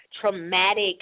traumatic